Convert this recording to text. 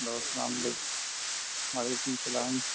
hello السلام علیکم وعلیکم السلام